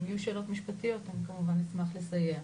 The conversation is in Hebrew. אם יהיו שאלות משפטיות אני כמובן אשמח לסייע.